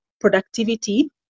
productivity